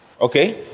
Okay